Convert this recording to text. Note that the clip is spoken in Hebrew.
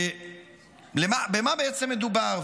במה בעצם מדובר,